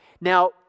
Now